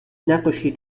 نقاشی